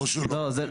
או שלא.